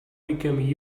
became